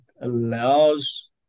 allows